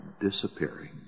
disappearing